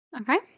Okay